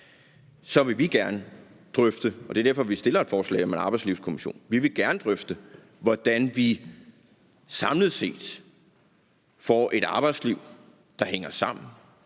Så vil vi gerne drøfte – og det er derfor, vi stiller et forslag om en arbejdslivskommission – hvordan vi samlet set får et arbejdsliv, der hænger sammen,